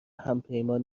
همپیمان